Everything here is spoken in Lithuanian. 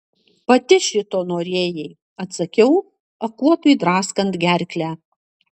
pati šito norėjai atsakiau akuotui draskant gerklę